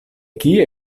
kie